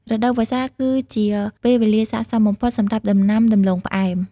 រដូវវស្សា គឺជាពេលវេលាស័ក្តិសមបំផុតសម្រាប់ដំណាំដំឡូងផ្អែម។